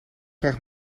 vraag